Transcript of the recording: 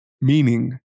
meaning